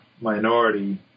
minority